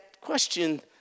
question